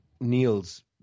Neil's